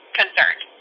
concerned